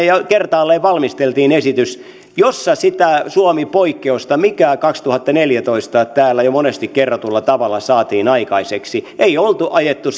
jo kertaalleen valmisteltiin esitys jossa sitä suomi poikkeusta mikä kaksituhattaneljätoista täällä jo monesti kerrotulla tavalla saatiin aikaiseksi ei oltu ajettu